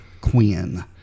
Quinn